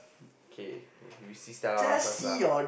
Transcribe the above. okay we we see Stella first one lah